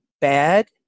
bad